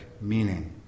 meaning